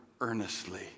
earnestly